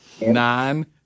nine